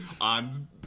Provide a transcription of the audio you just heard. on